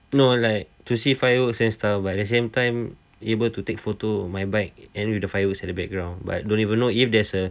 no like to see fireworks and stuff but at the same time able to take photo with my bike and with the fireworks at the background but don't even know if there's a